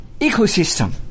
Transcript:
ecosystem